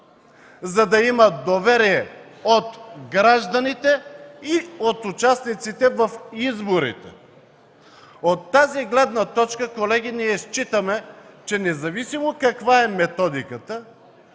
за да има доверие от гражданите и от участниците в изборите. От тази гледна точка, колеги, ние смятаме, че независимо каква е методиката